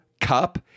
Cup